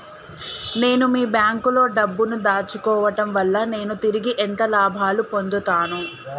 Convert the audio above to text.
నేను మీ బ్యాంకులో డబ్బు ను దాచుకోవటం వల్ల నేను తిరిగి ఎంత లాభాలు పొందుతాను?